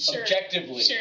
objectively